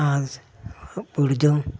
ആവശ്യ